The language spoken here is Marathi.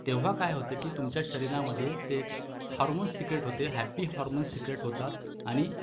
तेव्हा काय होतं की तुमच्या शरीरामध्ये ते हार्मोन सिक्रेट होते हॅप्पी हार्मोन्स सिक्रेट होतात आणि